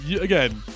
again